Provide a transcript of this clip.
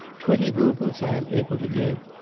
twenty roubles i am able to give,